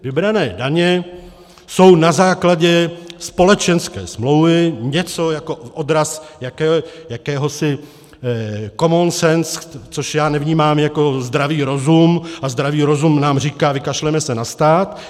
Vybrané daně jsou na základě společenské smlouvy něco jako odraz jakéhosi common sense, což já nevnímám jako zdravý rozum, a zdravý rozum nám říká vykašleme se na stát.